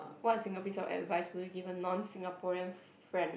what single piece of advice will you give a non Singaporean friend